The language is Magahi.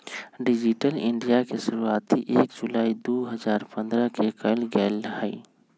डिजिटल इन्डिया के शुरुआती एक जुलाई दु हजार पन्द्रह के कइल गैले हलय